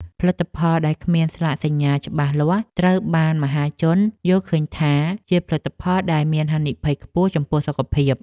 ផលិតផលដែលគ្មានស្លាកសញ្ញាច្បាស់លាស់ត្រូវបានមហាជនយល់ឃើញថា ជាផលិតផលដែលមានហានិភ័យខ្ពស់ចំពោះសុខភាព។